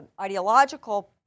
ideological